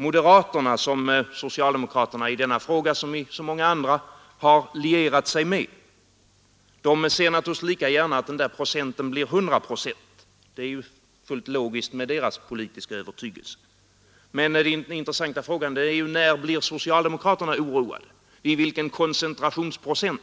Moderaterna, som socialdemokraterna i denna fråga som i så många andra har lierat sig med, ser naturligtvis lika gärna att det blir 100 procent; det är ju fullt logiskt med deras politiska övertygelse. Men den intressanta frågan är: Vid vilken koncentrationsprocent